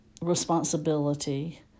responsibility